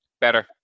Better